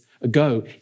ago